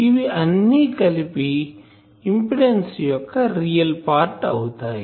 ఇవి అన్ని కలిసి ఇంపిడెన్సు యొక్క రియల్ పార్ట్ అవుతాయి